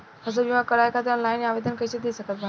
फसल बीमा करवाए खातिर ऑनलाइन आवेदन कइसे दे सकत बानी?